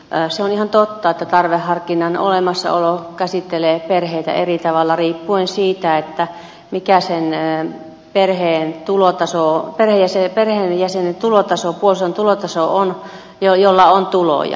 se on ihan totta että tarveharkinnan olemassaolo käsittelee perheitä eri tavalla riippuen siitä mikä sen perheenjäsenen puolison jolla on tuloja tulotaso on